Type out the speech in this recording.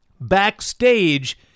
Backstage